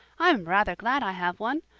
i'm rather glad i have one.